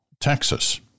Texas